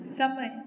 समय